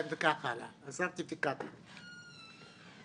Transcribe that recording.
הסרטיפיקטים שהיו להם.